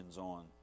on